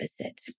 opposite